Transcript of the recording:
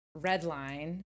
redline